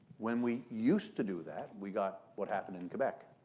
when we used to do that, we got what happened in quebec.